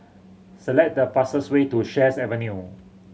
select the fastest way to Sheares Avenue